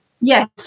Yes